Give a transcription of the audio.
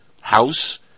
house